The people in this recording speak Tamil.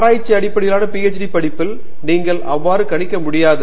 ஆராய்ச்சி அடிப்படையிலான PhD பட்டப்படிப்பில் நீங்கள் அவ்வாறு கணிக்க முடியாது